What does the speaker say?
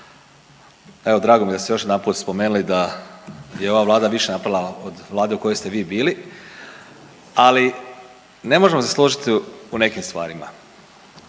Evo drago mi je da ste još jedanput spomenuli da je ova Vlada više napravila od vlade u kojoj ste vi bili, ali ne možemo se složiti u nekim stvarima.